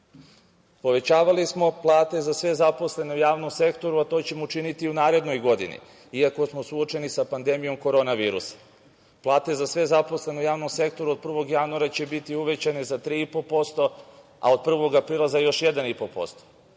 građanima. Povećavali smo plate za sve zaposlene u javnom sektoru, a to ćemo učiniti i u narednoj godini, iako smo suočeni sa pandemijom korona virusa. Plate za sve zaposlene u javnom sektoru od 1. januara će biti uvećane za 3,5%, a od 1. aprila za još 1,5%.